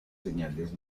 señales